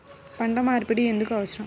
పంట మార్పిడి ఎందుకు అవసరం?